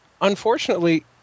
Unfortunately